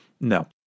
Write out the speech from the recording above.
No